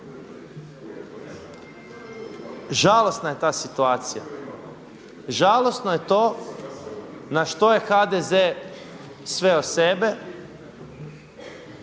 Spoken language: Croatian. Žalosna je ta situacija, žalosno je to na što je HDZ sveo sebe